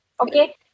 okay